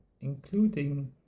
including